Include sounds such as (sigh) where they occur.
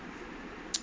(noise)